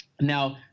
Now